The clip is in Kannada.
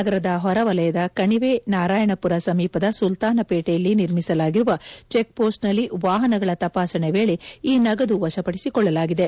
ನಗರದ ಹೊರ ವೆಲಯದ ಕಣಿವೆ ನಾರಾಯಣಪುರ ಸಮೀಪದ ಸುಲ್ತಾನಪೇಟೆಯಲ್ಲಿ ನಿರ್ಮಿಸಲಾಗಿರುವ ಚೆಕ್ಪೋಸ್ಟ್ನಲ್ಲಿ ವಾಹನಗಳ ತಪಾಸಣೆ ವೇಳೆ ಈ ನಗದು ವಶಪಡಿಸಿಕೊಳ್ಳಲಾಗಿದೆ